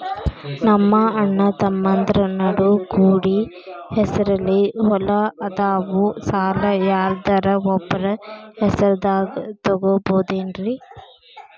ನಮ್ಮಅಣ್ಣತಮ್ಮಂದ್ರ ನಡು ಕೂಡಿ ಹೆಸರಲೆ ಹೊಲಾ ಅದಾವು, ಸಾಲ ಯಾರ್ದರ ಒಬ್ಬರ ಹೆಸರದಾಗ ತಗೋಬೋದೇನ್ರಿ?